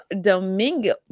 Domingo